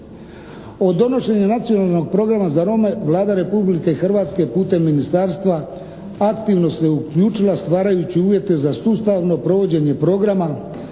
Od donošenja Nacionalnog programa za Rome Vlada Republike Hrvatske putem ministarstva aktivno se uključila stvarajući uvjete za sustavno provođenje programa